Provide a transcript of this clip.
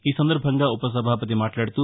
ఈ సందర్బంగా ఉపసభాపతి మాట్లాడుతూ